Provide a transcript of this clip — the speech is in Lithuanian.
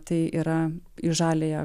tai yra į žaliąją